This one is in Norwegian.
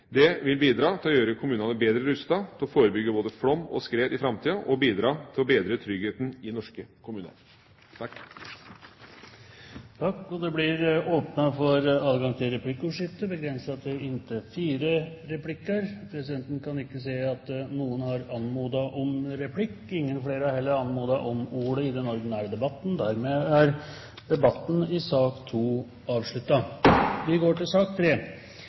NVE vil føre til en mer helhetlig og mer effektiv innsats fra statens side. Det vil bidra til å gjøre kommunene bedre rustet til å forebygge både flom og skred i framtida og bidra til å bedre tryggheten i norske kommuner. Flere har ikke bedt om ordet til sak